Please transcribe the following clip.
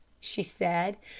she said.